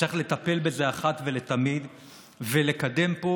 צריך לטפל בזה אחת ולתמיד ולקדם פה